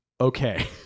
Okay